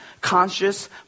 conscious